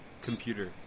computer